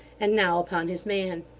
and now upon his man.